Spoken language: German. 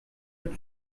mit